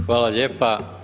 Hvala lijepa.